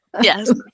Yes